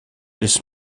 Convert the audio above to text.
ist